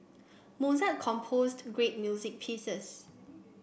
Mozart composed great music pieces